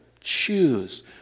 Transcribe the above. choose